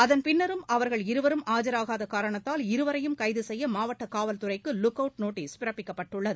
அதன்பின்னரும் அவர்கள் இருவரும் ஆஜராகாத காரணத்தால் இருவரையும் கைது செய்ய மாவட்ட காவல்துறைக்கு லுக்அவுட் நோட்டீஸ் பிறப்பிக்கப்பட்டுள்ளது